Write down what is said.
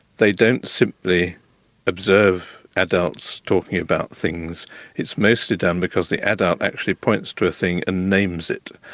they don't simply observe adults talking about things it's mostly done because the adult actually points to a thing and names it.